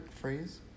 phrase